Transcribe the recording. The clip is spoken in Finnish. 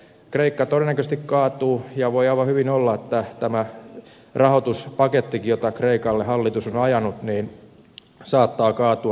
kreikka todennäköisesti kaatuu ja voi aivan hyvin olla että tämä rahoituspakettikin jota kreikalle hallitus on ajanut saattaa kaatua